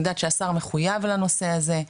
אני יודעת שהשר מחויב לנושא הזה,